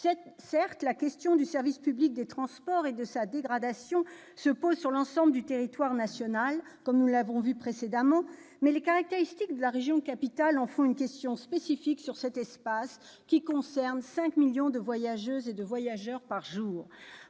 Si la question du service public des transports et de sa dégradation se pose sur l'ensemble du territoire national, comme nous l'avons vu lors du débat précédent, les caractéristiques de la région capitale en font une question spécifique sur cet espace qui concentre 5 millions de voyageuses et de voyageurs par jour.